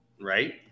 Right